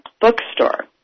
Bookstore